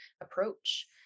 approach